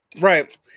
right